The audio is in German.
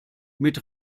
mit